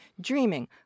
dreaming